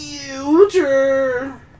Future